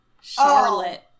Charlotte